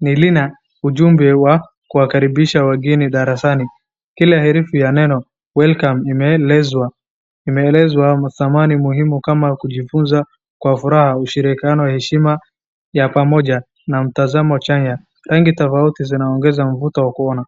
ni lina ujumbe wa kuwakaribisha wageni darasani. Kila herufi ya neno welcome imeelezwa dhamani muhimu kama kujifunza kwa furaha na ushirikiano, heshima ya pamoja na mtazamo chanya. Rangi tofauti zinaongeza mvuto wa kuona.